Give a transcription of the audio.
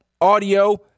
audio